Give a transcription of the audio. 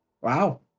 Wow